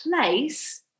place